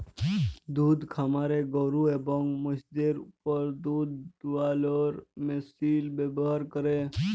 দুহুদ খামারে গরু এবং মহিষদের উপর দুহুদ দুয়ালোর মেশিল ব্যাভার ক্যরে